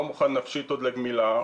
לא מוכן נפשית עוד לגמילה,